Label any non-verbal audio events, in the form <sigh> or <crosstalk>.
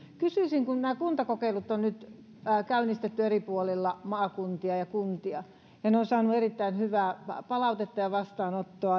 nämä kuntakokeilut on nyt käynnistetty eri puolilla maakuntia ja kuntia ja ne ovat saaneet erittäin hyvää palautetta ja vastaanoton <unintelligible>